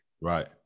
Right